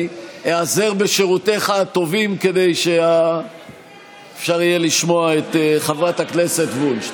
איעזר בשירותיך הטובים כדי שאפשר יהיה לשמוע את חברת הכנסת וונש.